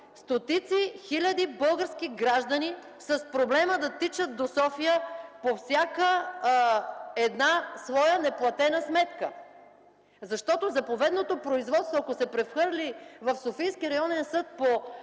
стотици хиляди български граждани с проблема да тичат до София по всяка една своя неплатена сметка. Заповедното производство, ако се прехвърли в Софийския районен съд по